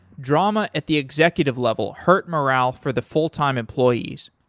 drama at the executive level hurt morale for the full-time employees.